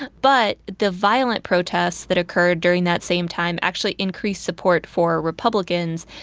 but but the violent protests that occurred during that same time actually increased support for republicans,